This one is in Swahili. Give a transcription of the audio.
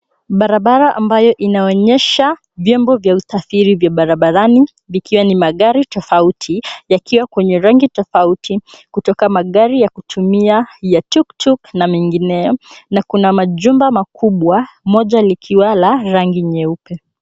Barabara ambayo inaonyesha vyombo vya usafiri vya barabarani vikiwa ni magari tofauti yakiwa kwenye rangi tofauti kutoka magari ya kutumia ya tuktuk na mengineyo na kuna majumba makubwa moja likiwa la rangi nyeupe.